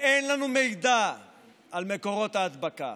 ואין לנו מידע על מקורות ההדבקה.